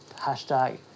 hashtag